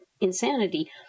insanity